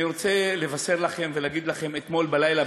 אני רוצה לבשר לכם ולהגיד לכם שאתמול בלילה,